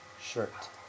shirt